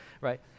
right